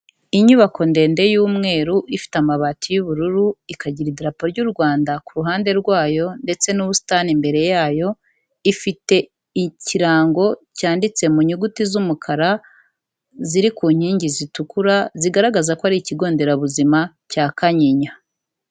Inyubako ndende y'umweru ifite amabati y'ubururu, ikagira idarapo ry'u Rwanda ku ruhande rwayo ndetse n'ubusitani imbere yayo, ifite ikirango cyanditse mu nyuguti z'umukara ziri ku nkingi zitukura zigaragaza ko ari ikigo nderabuzima cya Kanyinya.